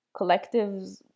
collectives